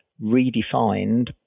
redefined